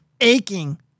aching